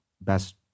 best